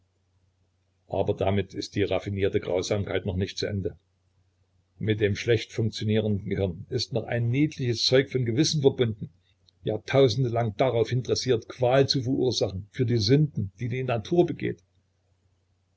aber damit ist die raffinierte grausamkeit noch nicht zu ende mit dem schlecht funktionierenden gehirne ist noch ein niedliches zeug von gewissen verbunden jahrtausende lang daraufhin dressiert qual zu verursachen für die sünden die die natur begeht